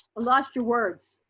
lost your words.